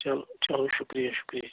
چلو چلو شُکرِیہ شُکرِیہ